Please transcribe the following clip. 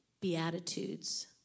Beatitudes